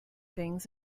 things